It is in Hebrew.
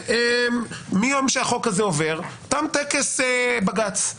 שמיום שהחוק הזה עובר, תם טקס בג"ץ.